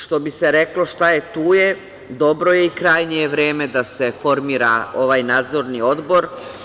Što bi se reklo, šta je tu je, dobro je i krajnje je vreme da se formira ovaj Nadzorni odbor.